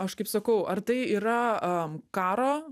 aš kaip sakau ar tai yra karo